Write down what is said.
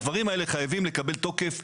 הדברים האלה חייבים לקבל תוקף.